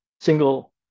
single